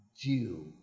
due